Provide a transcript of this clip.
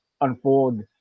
unfold